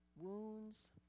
wounds